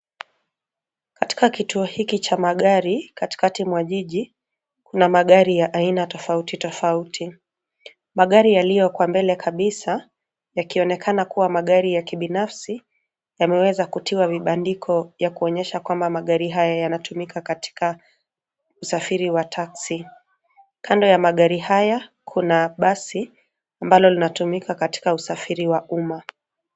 Katika kituo hiki cha magari katikati mwa jiji, kuna magari ya aina tofauti tofauti. Magari yaliyoko mbele kabisa yakionekana kuwa magari ya kibinafsi yameweza kutiwa vibandiko ya kuonyesha kwamba magari haya yanatumika katika usafiri wa taxi . Kando ya magari haya kuna basi ambalo linatumika katika usafiri wa umma.